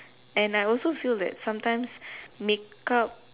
and I also feel that sometimes make up